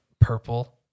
purple